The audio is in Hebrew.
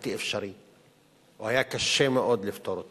בלתי אפשרי או היה קשה מאוד לפתור אותן.